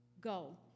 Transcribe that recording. go